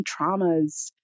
traumas